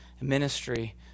ministry